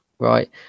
Right